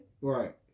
Right